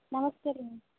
ನಮಸ್ತೆ ರೀ